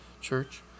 church